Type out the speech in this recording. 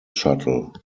shuttle